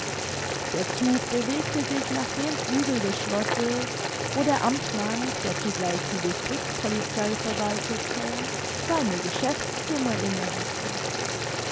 der zug bewegte sich nach dem flügel des schlosses wo der amtmann der zugleich die districts polizei verwaltete seine geschäftszimmer inne hatte